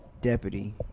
deputy